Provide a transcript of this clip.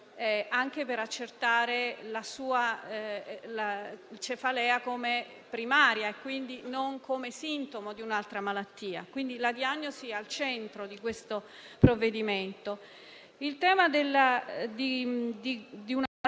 anche per accertare la cefalea come primaria e quindi non come sintomo di un'altra malattia. La diagnosi, quindi, è al centro di questo provvedimento.